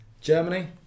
Germany